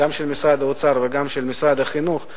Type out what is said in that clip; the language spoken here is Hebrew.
גם של משרד האוצר וגם של משרד החינוך,